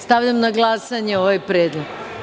Stavljam na glasanje ovaj predlog.